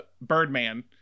birdman